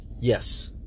yes